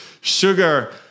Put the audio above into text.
sugar